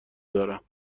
دارم